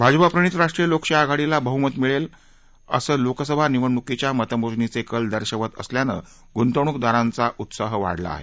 भाजपा प्रणित राष्ट्रीय लोकशाही आघाडीला बहुमत मिळेल असं लोकसभा निवडणुकीच्या मतमोजणीचे कल दर्शवत असल्यानं गृतवणूकदारांचा उत्साह वाढला आहे